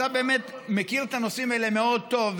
אתה באמת מכיר את הנושאים האלה מאוד טוב,